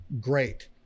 great